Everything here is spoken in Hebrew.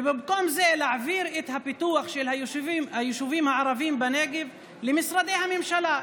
ובמקום זה להעביר את הפיתוח של היישובים הערביים בנגב למשרדי הממשלה,